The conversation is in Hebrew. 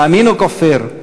מאמין או כופר,